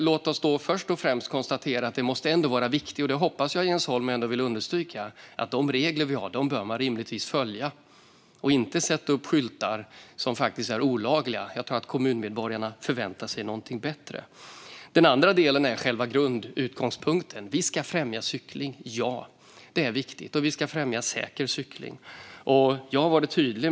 Låt oss därför först och främst konstatera att det är viktigt att följa de regler vi har och inte sätta upp skyltar som faktiskt är olagliga. Det hoppas jag att Jens Holm vill understryka. Jag tror att kommunmedborgarna förväntar sig någonting bättre. Den andra delen är själva grundutgångspunkten: Ja, vi ska främja säker cykling. Det är viktigt.